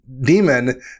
demon